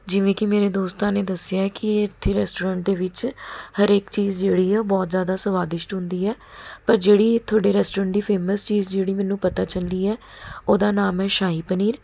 ਜਿਵੇਂ ਕਿ ਮੇਰੇ ਦੋਸਤਾਂ ਨੇ ਦੱਸਿਆ ਹੈ ਕਿ ਇੱਥੇ ਰੈਸਟੋਰੈਂਟ ਦੇ ਵਿੱਚ ਹਰੇਕ ਚੀਜ਼ ਜਿਹੜੀ ਹੈ ਉਹ ਬਹੁਤ ਜ਼ਿਆਦਾ ਸਵਾਦਿਸ਼ਟ ਹੁੰਦੀ ਹੈ ਪਰ ਜਿਹੜੀ ਤੁਹਾਡੇ ਰੈਸਟੋਰੈਂਟ ਦੀ ਫੇਮੱਸ ਚੀਜ਼ ਜਿਹੜੀ ਮੈਨੂੰ ਪਤਾ ਚੱਲੀ ਹੈ ਉਹਦਾ ਨਾਮ ਹੈ ਸ਼ਾਹੀ ਪਨੀਰ